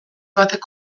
batek